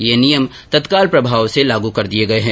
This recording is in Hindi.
ये नियम तत्काल प्रभाव से लागू कर दिये गये हैं